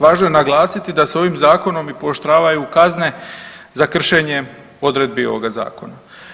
Važno je naglasiti da se ovim Zakonom i pooštravaju kazne za kršenje odredbi ovoga Zakona.